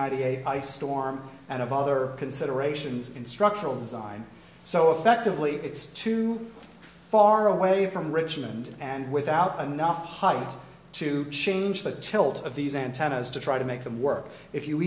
ninety eight ice storm and of other considerations in structural design so effectively it's too far away from richmond and without enough height to change the tilt of these antennas to try to make them work if you